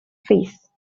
face